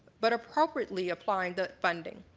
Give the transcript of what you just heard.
but appropriately applying the funding.